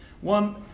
One